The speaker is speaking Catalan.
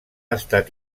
estat